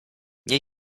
nie